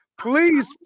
please